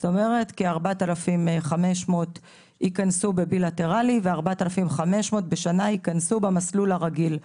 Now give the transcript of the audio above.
כלומר כ-4,500 בשנה ייכנסו בבילטרלי ו-4,500 בשנה ייכנסו במסלול הרגיל.